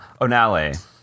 Onale